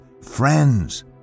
Friends